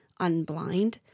unblind